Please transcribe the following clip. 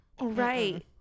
Right